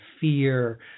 fear